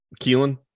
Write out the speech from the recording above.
Keelan